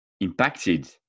impacted